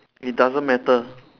it doesn't matter